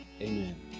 amen